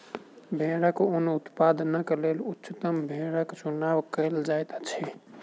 भेड़क ऊन उत्पादनक लेल उच्चतम भेड़क चुनाव कयल जाइत अछि